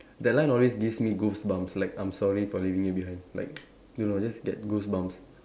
that line always gives me goosebumps like I'm sorry for leaving you behind like don't know just get goosebumps